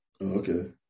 Okay